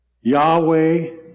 Yahweh